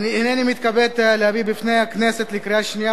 הנני מתכבד להביא בפני הכנסת לקריאה שנייה